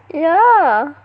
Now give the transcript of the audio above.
yeah